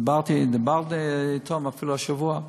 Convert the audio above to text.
דיברתי אתם אפילו השבוע,